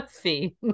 see